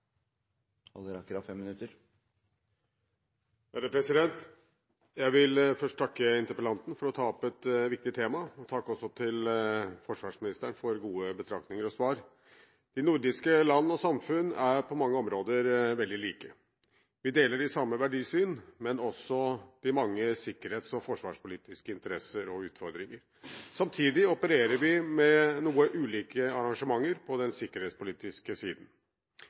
Jeg vil først takke interpellanten for å ta opp et viktig tema og også takke forsvarsministeren for gode betraktninger og svar. De nordiske land og samfunn er på mange områder veldig like. Vi deler de samme verdisyn, men også de mange sikkerhets- og forsvarspolitiske interesser og utfordringer. Samtidig opererer vi med noe ulike arrangementer på den sikkerhetspolitiske siden.